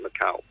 Macau